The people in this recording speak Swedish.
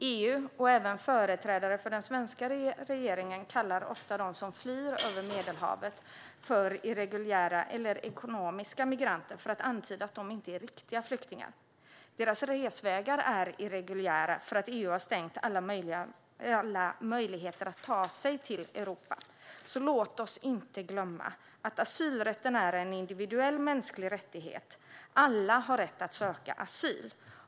EU och även företrädare för den svenska regeringen kallar ofta dem som flyr över Medelhavet för irreguljära eller ekonomiska migranter för att antyda att de inte är riktiga flyktingar. Deras resvägar är irreguljära för att EU har stängt alla möjligheter att ta sig till Europa. Låt oss inte glömma att asylrätten är en individuell mänsklig rättighet. Alla har rätt att söka asyl.